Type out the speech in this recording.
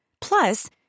Plus